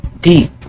deep